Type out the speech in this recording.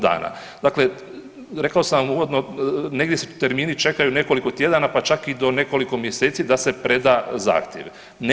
Dakle, rekao sam vam uvodno negdje se termini čekaju nekoliko tjedana, pa čak i do nekoliko mjeseci da se preda zahtjev.